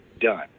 Done